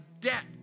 debt